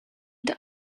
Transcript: only